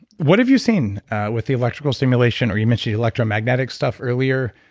what have you seen with the electrical stimulation or you mentioned the electromagnetic stuff earlier.